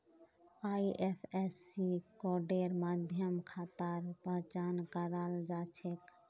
IFSC कोडेर माध्यम खातार पहचान कराल जा छेक